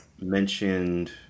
mentioned